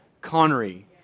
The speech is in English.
Connery